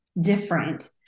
different